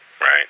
right